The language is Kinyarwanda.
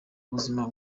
ubuzima